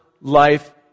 life